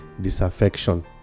disaffection